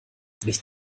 nicht